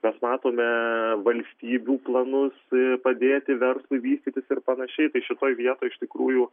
mes matome valstybių planus padėti verslui vystytis ir panašiai tai šitoj vietoj iš tikrųjų